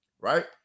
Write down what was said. right